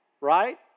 right